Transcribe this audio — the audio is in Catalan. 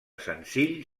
senzill